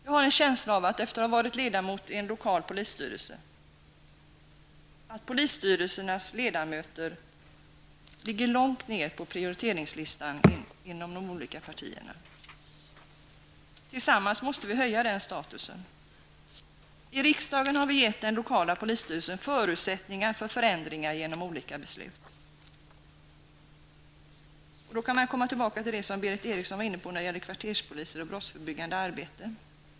Jag har en känsla av -- efter att ha varit ledamot av en lokal polisstyrelse -- att polisstyrelserna ligger långt ner på prioriteringslistan hos de olika partierna. Tillsammans måste vi höja statusen. I riksdagen har vi gett den lokala polisstyrelsen förutsättningar för förändringar genom olika beslut. Då kan jag komma tillbaka till det som Berith Eriksson var inne på när det gäller kvarterspoliser och brottsförebyggande arbete.